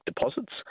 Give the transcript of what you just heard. deposits